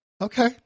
okay